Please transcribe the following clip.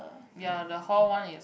ya the hall one is